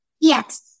Yes